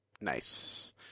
Nice